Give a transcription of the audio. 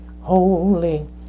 holy